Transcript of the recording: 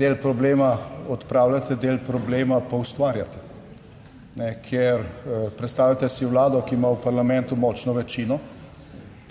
del problema odpravljate, del problema pa ustvarjate. Ker predstavljajte si vlado, ki ima v parlamentu močno večino,